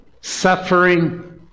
suffering